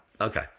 Okay